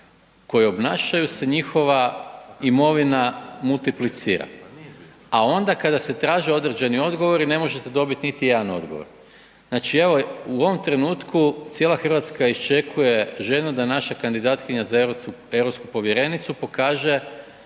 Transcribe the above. kojeg obnašaju se njihova imovina multiplicira, a onda kada se traže određeni odgovori ne možete dobiti niti jedan odgovor. Znači evo, u ovom trenutku cijela Hrvatska iščekuje željno da naša kandidatkinja za europsku povjerenicu pokaže